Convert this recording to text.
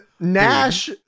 Nash